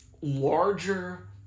larger